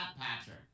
Patrick